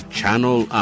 Channel